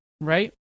right